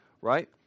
Right